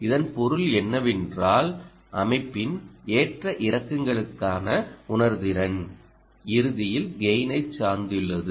இதன் பொருள் என்னவென்றால் அமைப்பின் ஏற்ற இறக்கங்களுக்கான உணர்திறன் இறுதியில் கெய்னைச் சார்ந்தள்ளது